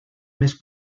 més